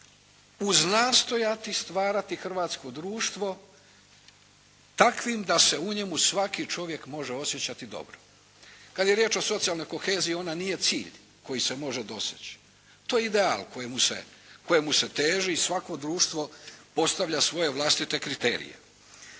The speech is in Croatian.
uznastojati stvarati hrvatsko društvo takvim da se u njemu svaki čovjek može osjećati dobro. Kad je riječ o socijalnoj koheziji, ona nije cilj koji se može doseći. To je ideal kojemu se teži, svako društvo postavlja svoje vlastite kriterije.